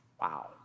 Wow